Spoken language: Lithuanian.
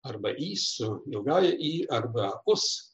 arba ys ilgoji y arba us